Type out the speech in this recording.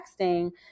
texting